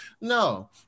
No